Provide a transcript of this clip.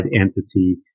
entity